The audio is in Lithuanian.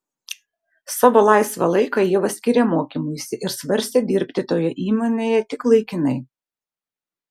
savo laisvą laiką ieva skyrė mokymuisi ir svarstė dirbti toje įmonėje tik laikinai